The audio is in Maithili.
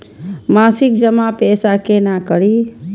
मासिक जमा पैसा केना करी?